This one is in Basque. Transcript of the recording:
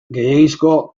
gehiegizko